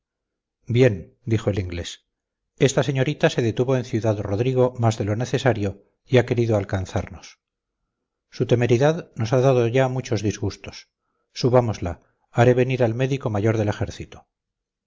bien dijo el inglés esta señorita se detuvo en ciudad-rodrigo más de lo necesario y ha querido alcanzarnos su temeridad nos ha dado ya muchos disgustos subámosla haré venir al médico mayor del ejército